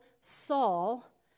Saul